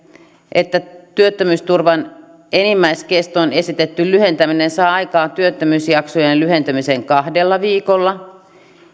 että työttömyysturvan enimmäiskestoon esitetty lyhentäminen saa aikaan työttömyysjaksojen lyhentymisen kahdella viikolla